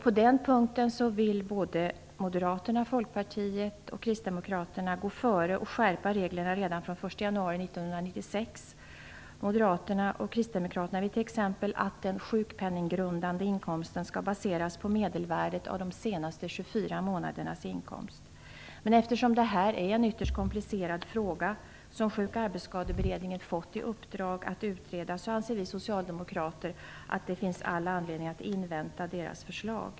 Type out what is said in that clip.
På den punkten vill Moderaterna, Folkpartiet och Kristdemokraterna gå före och skärpa reglerna redan från den 1 januari Men eftersom det här är en ytterst komplicerad fråga, som Sjuk och arbetsskadeberedningen har fått i uppdrag att utreda, anser vi socialdemokrater att det finns all anledning att invänta dess förslag.